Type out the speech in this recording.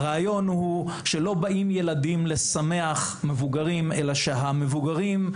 הרעיון הוא לא שילדים באים לשמח מבוגרים אלא שהמבוגרים,